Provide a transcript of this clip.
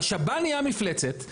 השב"ן נהיה מפלצת.